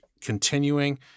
continuing